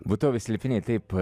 būtovės slėpiniai taip